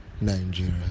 Nigeria